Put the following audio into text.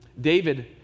David